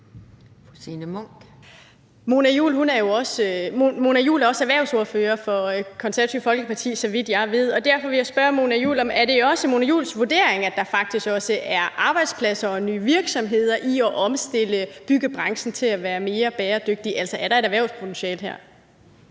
vidt jeg ved, også erhvervsordfører for Konservative Folkeparti, og derfor vil jeg spørge Mona Juul, om det også er hendes vurdering, at der faktisk også er arbejdspladser og nye virksomheder i at omstille byggebranchen til at være mere bæredygtig. Altså, er der et erhvervspotentiale her?